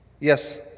Yes